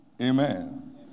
Amen